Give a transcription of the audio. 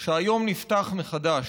שהיום נפתח מחדש.